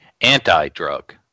anti-drug